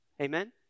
Amen